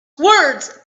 words